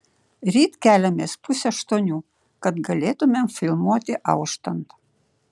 ryt keliamės pusę aštuonių kad galėtumėm filmuoti auštant